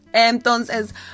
Entonces